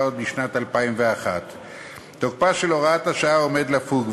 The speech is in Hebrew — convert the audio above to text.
עוד בשנת 2001. תוקפה של הוראת השעה עומד לפוג,